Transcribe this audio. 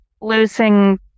losing